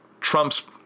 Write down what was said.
Trump's